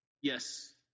Yes